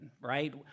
right